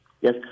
Yes